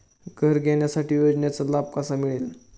घर घेण्यासाठी योजनेचा लाभ कसा मिळेल?